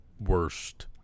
worst